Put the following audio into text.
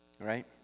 right